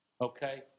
Okay